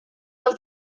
del